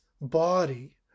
body